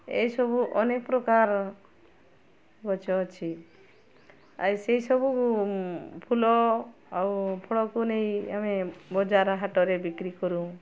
ଏହି ସବୁ ଅନେକ ପ୍ରକାର ଗଛ ଅଛି ଆଉ ସେଇସବୁ ଫୁଲ ଆଉ ଫଳକୁ ନେଇ ଆମେ ବଜାର ହାଟରେ ବିକ୍ରି କରୁ